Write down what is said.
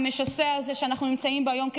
המשסע הזה שאנחנו נמצאים בו היום כחברה.